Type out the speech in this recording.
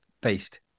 based